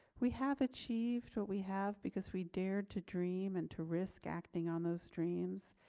we have achieved what we have because we dared to dream and to risk acting on those dreams.